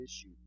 issue